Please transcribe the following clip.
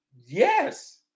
yes